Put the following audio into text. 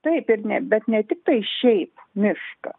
taip ir ne bet ne tiktai šiaip mišką